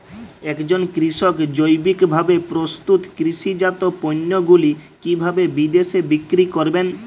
একজন কৃষক জৈবিকভাবে প্রস্তুত কৃষিজাত পণ্যগুলি কিভাবে বিদেশে বিক্রি করবেন?